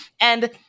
And-